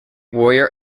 warrior